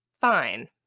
fine